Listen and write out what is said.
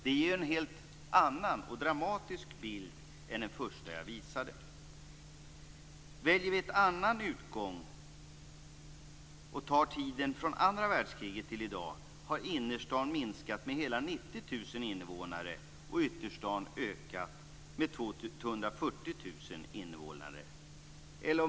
Det ger en helt annan och dramatisk bild än den första som jag gav. Anlägger vi ett annat perspektiv och tar tiden från andra världskriget till i dag, finner vi att innerstaden har minskat med hela 90 000 invånare och ytterstaden ökat med 240 000 invånare.